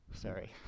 sorry